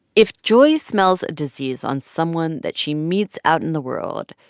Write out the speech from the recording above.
if joy smells a disease on someone that she meets out in the world,